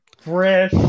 fresh